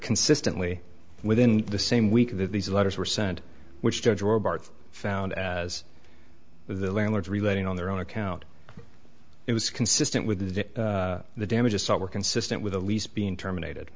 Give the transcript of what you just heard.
consistently within the same week that these letters were sent which judge or bart found as the landlord's relating on their own account it was consistent with the damages saw were consistent with a lease being terminated